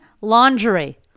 laundry